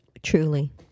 Truly